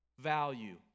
value